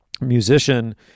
musician